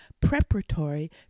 preparatory